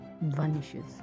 vanishes